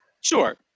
sure